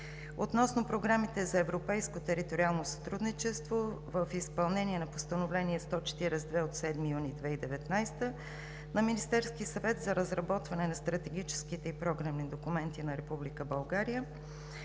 Относно програмите за европейско териториално сътрудничество – в изпълнение на Постановление № 142 от 7 юни 2019 г. на Министерския съвет за разработване на стратегическите и програмните документи на Република